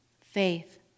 faith